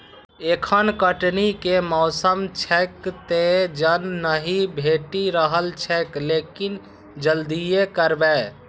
एखन कटनी के मौसम छैक, तें जन नहि भेटि रहल छैक, लेकिन जल्दिए करबै